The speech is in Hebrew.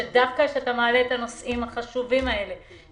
שחשוב שאתה מעלה את כל הנושאים שקשורים לבריאות.